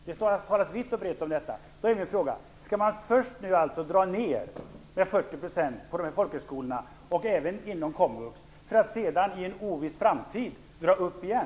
Det talas vitt och brett om detta. Då är min fråga: Skall man nu först dra ned med 40 % på folkhögskolorna, och även inom komvux, för att sedan i en oviss framtid utöka igen?